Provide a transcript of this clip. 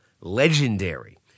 Legendary